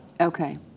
Okay